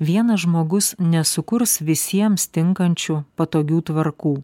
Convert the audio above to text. vienas žmogus nesukurs visiems tinkančių patogių tvarkų